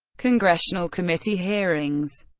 congressional committee hearings